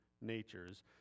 natures